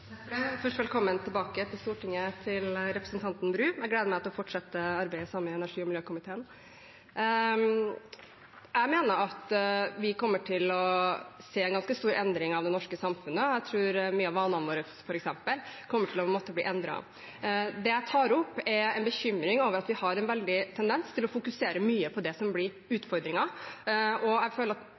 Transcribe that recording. Først: Velkommen tilbake til Stortinget til representanten Bru. Jeg gleder meg til å fortsette arbeidet sammen i energi- og miljøkomiteen. Jeg mener at vi kommer til å se en ganske stor endring av det norske samfunnet. Jeg tror at f.eks. mange av vanene våre kommer til å måtte bli endret. Det jeg tar opp, er en bekymring over at vi har en veldig tendens til å fokusere mye på det som blir utfordringer. Jeg mener at